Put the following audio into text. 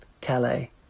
Calais